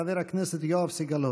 חבר הכנסת יואב סגלוביץ'.